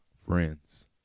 Friends